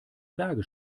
berge